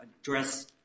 address